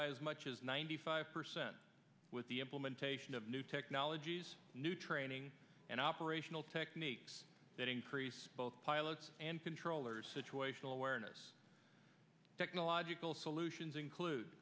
by as much as ninety five percent with the implementation of new technologies new training and operational techniques increase both pilots and controllers situational awareness technological solutions include